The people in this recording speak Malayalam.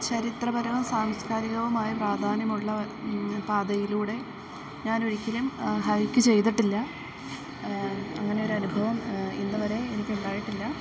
ചരിത്രപരവും സാംസ്കാരികവുമായി പ്രാധാന്യമുള്ള പാതയിലൂടെ ഞാൻ ഒരിക്കലും ഹൈക്ക് ചെയ്തിട്ടില്ല അങ്ങനെയൊരനുഭവം ഇന്നു വരെ എനിക്കുണ്ടായിട്ടില്ല